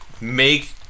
make